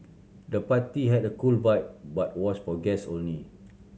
the party had a cool vibe but was for guest only